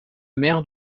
mère